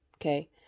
Okay